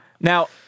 Now